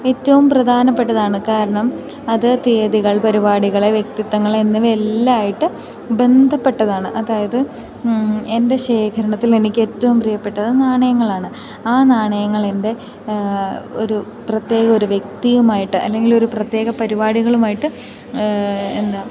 ഏറ്റവും പ്രധാനപ്പെട്ടതാണ് കാരണം അത് തീയതികൾ പരിപാടികളെ വ്യക്തിത്ത്വങ്ങൾ എന്നിവ എല്ലാമായിട്ട് ബന്ധപ്പെട്ടതാണ് അതായത് എൻ്റെ ശേഖരണത്തിൽ എനിക്ക് ഏറ്റവും പ്രിയപ്പെട്ടത് നാണയങ്ങളാണ് ആ നാണയങ്ങളെൻ്റെ ഒരു പ്രത്യേക ഒരു വ്യക്തിയുമായിട്ട് അല്ലെങ്കിൽ ഒരു പ്രത്യേക പരിപാടികളുമായിട്ട് എന്താ